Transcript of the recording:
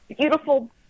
beautiful